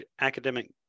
academic